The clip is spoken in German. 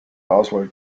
auswahl